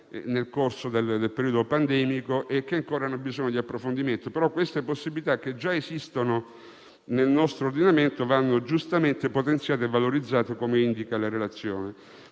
nel corso del periodo pandemico e che hanno bisogno di ulteriore approfondimento. Queste possibilità, che già esistono nel nostro ordinamento, vanno giustamente potenziate e valorizzate, come indica la relazione.